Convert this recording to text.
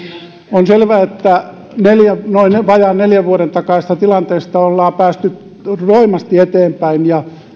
on selvää että vajaan neljän vuoden takaisesta tilanteesta ollaan päästy roimasti eteenpäin ja